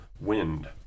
wind